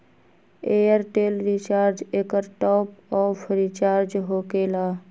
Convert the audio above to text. Airtel recharge एकर top off recharge होकेला?